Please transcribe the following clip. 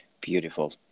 Beautiful